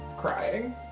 crying